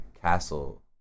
Castle